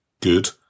Good